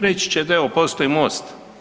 Reći ćete evo postoji most.